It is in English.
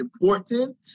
important